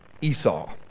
Esau